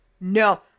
no